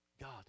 God